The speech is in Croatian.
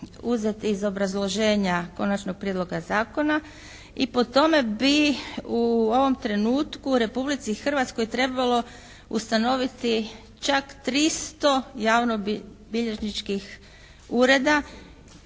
uzet iz obrazloženja Konačnog prijedloga zakona i po tome bi u ovom trenutku Republici Hrvatskoj trebalo ustanoviti čak 300 javnobilježničkih ureda